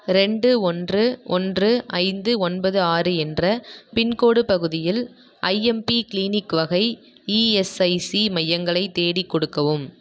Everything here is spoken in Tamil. ரெண்டு ஒன்று ஒன்று ஐந்து ஒன்பது ஆறு என்ற பின்கோடு பகுதியில் ஐஎம்பி க்ளினிக் வகை இஎஸ்ஐசி மையங்களைத் தேடிக் கொடுக்கவும்